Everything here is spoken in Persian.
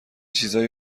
چیزایی